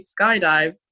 skydive